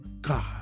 God